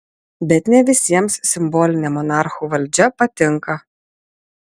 bet ne visiems simbolinė monarchų valdžia patinka